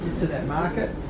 to that market.